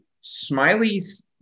Smiley's